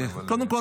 קודם כול,